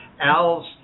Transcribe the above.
Al's